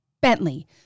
Bentley